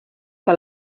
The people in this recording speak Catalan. que